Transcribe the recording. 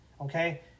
okay